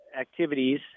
activities